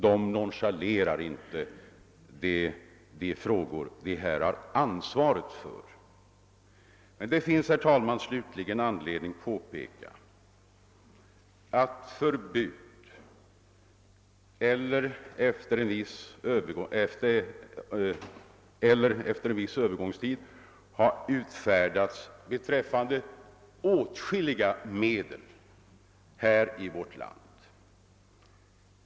Den nonchalerar inte de frågor den härvidlag har ansvaret för. Det finns, herr talman, anledning påpeka att vi har åtskilliga medel för vilka förbud efter en viss övergångstid har utfärdats här i vårt land.